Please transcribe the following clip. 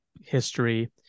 history